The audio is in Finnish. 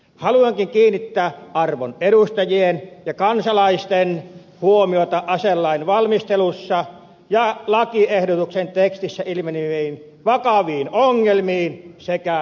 haluankin kiinnittää arvon edustajien ja kansalaisten huomiota aselain valmistelussa ja lakiehdotuksen tekstissä ilmeneviin vakaviin ongelmiin sekä puutteisiin